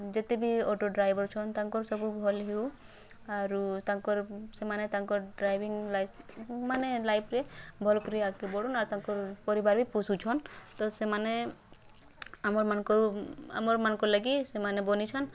ଯେତେ ବି auto driver ଅଛନ୍ ତାଙ୍କର୍ ସବୁ ଭଲ୍ ହେଉ ଆରୁ ତାଙ୍କର୍ ସେମାନେ ତାକର୍ ଡ଼୍ରାଇଭିଙ୍ଗ୍ ଲାଇଫ୍ ମାନେ ଲାଇଫ୍ରେ ଭଲ୍ କରି ଆଗ୍କେ ବଢ଼ୁନ୍ ଆର୍ ତାକର୍ ପରିବାର୍ ବି ପୋଷୁଛନ୍ ତ ସେମାନେ ଆମର୍ମାନକରୁ ଆମର୍ମାନକର୍ ଲାଗି ସେମାନେ ବନିଛନ୍